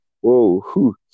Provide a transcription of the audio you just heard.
whoa